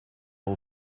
all